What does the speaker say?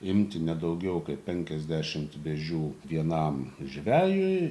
imti ne daugiau kaip penkiasdešimt vėžių vienam žvejui